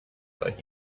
but